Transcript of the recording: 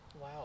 wow